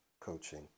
coaching